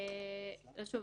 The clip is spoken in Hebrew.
שוב,